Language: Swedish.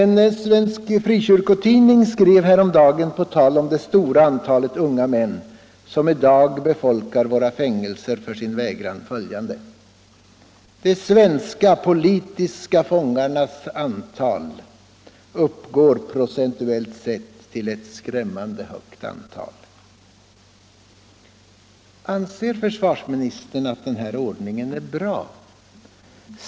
En svensk frikyrkotidning skrev häromdagen på tal om det stora antalet unga män som i dag befolkar våra fängelser för sin vägran följande: ”De svenska politiska fångarnas antal uppgår procentuellt sett till ett skrämmande högt antal.” Anser försvarsministern att denna ordning är bra?